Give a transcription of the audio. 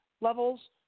levels